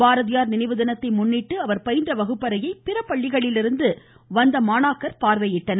பாரதியார் நினைவு தினத்தை முன்னிட்டு அவர் பயின்ற வகுப்பறையை பிற பள்ளிகளிலிருந்து வந்த மாணாக்கர் பார்வையிட்டனர்